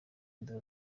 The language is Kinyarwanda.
imbere